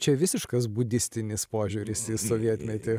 čia visiškas budistinis požiūris į sovietmetį